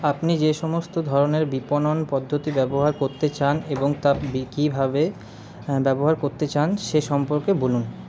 আপনি যে সমস্ত ধরনের বিপণন পদ্ধতি ব্যবহার করতে চান এবং তা কীভাবে ব্যবহার করতে চান সে সম্পর্কে বলুন